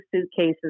suitcases